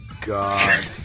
God